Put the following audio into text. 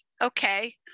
okay